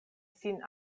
sin